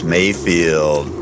Mayfield